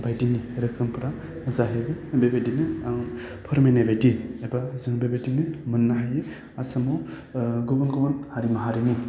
बायदि रोखोमफ्रा जाहैबाय बेबायदिनो फोरमायनाय बायदि एबा जों बेबायदिनो मोननो हायो आसामाव गुबुन गुबुन हारि माहारिनि